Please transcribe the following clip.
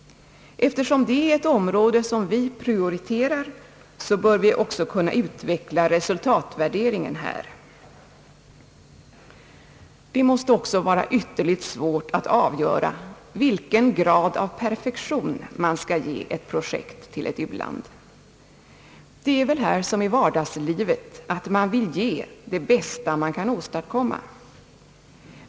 Eftersom det är ett område, som vi prioriterar, bör vi också kunna utveckla resultatvärderingen här. Det måste också vara ytterligt svårt att avgöra vilken grad av perfektion man skall ge ett projekt till ett u-land. Det är väl här som i vardagslivet att man vill ge det bästa man kan åstadkomma.